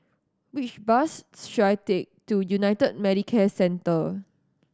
which bus should I take to United Medicare Centre